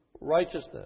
Righteousness